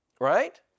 Right